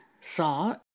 saw